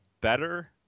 better